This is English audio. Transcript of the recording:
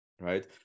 right